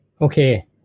Okay